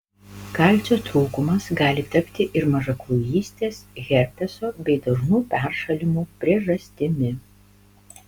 kalcio trūkumas gali tapti ir mažakraujystės herpeso bei dažnų peršalimų priežastimi